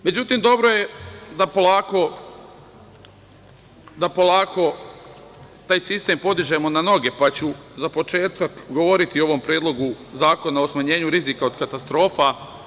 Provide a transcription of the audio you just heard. Međutim, dobro je da polako taj sistem podižemo na noge, pa ću za početak govoriti o ovom Predlogu zakona o smanjenju rizika od katastrofa.